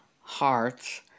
hearts